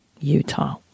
Utah